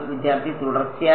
വിദ്യാർത്ഥി തുടർച്ചയായി